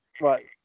Right